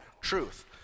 truth